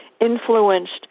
influenced